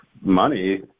money